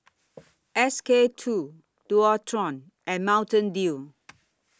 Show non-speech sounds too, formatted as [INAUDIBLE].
S K two Dualtron and Mountain Dew [NOISE]